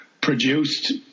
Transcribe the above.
produced